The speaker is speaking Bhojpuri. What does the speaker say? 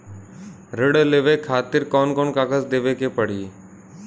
ऋण लेवे के खातिर कौन कोन कागज देवे के पढ़ही?